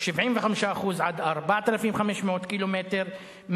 75% עד 4,500 קילומטר,